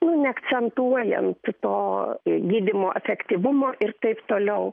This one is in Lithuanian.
nu neakcentuojant to gydymo efektyvumo ir taip toliau